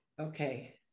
okay